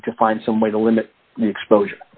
to find some way to limit the exposure